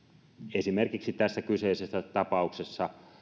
esimerkiksi tässä kyseisessä tapauksessa